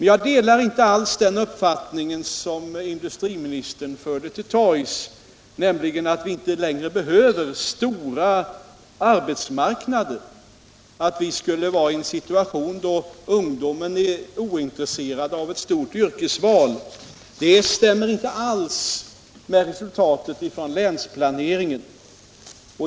Jag delar inte alls den uppfattning som industriministern förde till torgs, nämligen att vi inte längre behöver stora arbetsmarknader, utan att vi skulle vara i en situation där ungdomen är ointresserad av stora yrkesvalsmöjligheter. Det stämmer inte alls med det resultat som kommit fram i länsplaneringen.